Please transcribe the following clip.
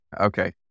okay